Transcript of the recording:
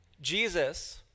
Jesus